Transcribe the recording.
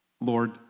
Lord